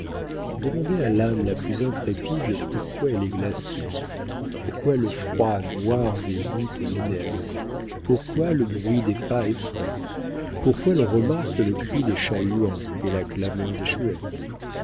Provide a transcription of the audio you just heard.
demandez à l'âme la plus intrépide pourquoi elle est glacée pourquoi le froid noir des voûtes l'énerve pourquoi le bruit des pas effraie pourquoi l'on remarque le cri des chats-huants et la clameur des chouettes